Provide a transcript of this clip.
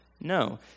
No